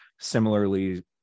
similarly